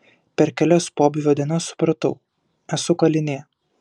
per kelias pobūvio dienas supratau esu kalinė